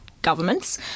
governments